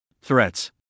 Threats